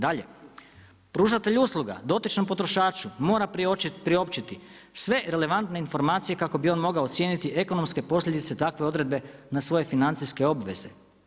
Dalje „pružatelj usluga dotičnom potrošaču mora priopćiti sve relevantne informacije kako bi on mogao ocijeniti ekonomske posljedice takve odredbe na svoje financijske obveze.